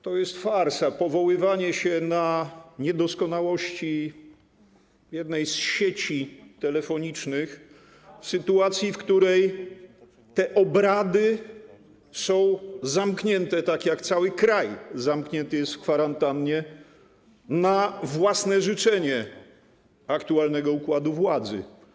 To jest farsa - powoływanie się na niedoskonałości jednej z sieci telefonicznych w sytuacji, w której te obrady są zamknięte, tak jak cały kraj zamknięty jest w kwarantannie, na własne życzenie aktualnego układu władzy.